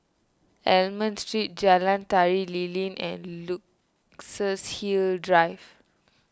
Almond Street Jalan Tari Lilin and Luxus Hill Drive